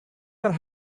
that